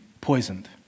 poisoned